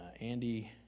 Andy